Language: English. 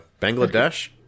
Bangladesh